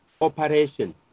operation